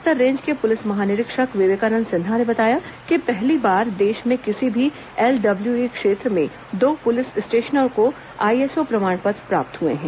Bastar range के police महानिरीक्षक विवेकानंद सिन्हा ने बताया कि पहली बार देश में किसी भी एलडब्ल्यू ई क्षेत्र में दो पुलिस स्टेशनों को आईएसओ प्रमाण पत्र प्राप्त हुए हैं